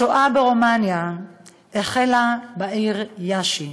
השואה ברומניה החלה בעיר יאשי.